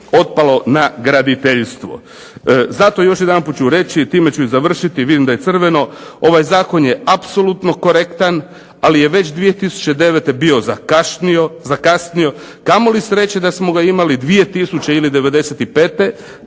otpalo na graditeljstvo. Zato još jedanput ću reći, time ću i završiti, vidim da je crveno, ovaj zakon je apsolutno korektan, ali je već 2009. bio zakasnio. Kamoli sreće da smo ga imali 2000.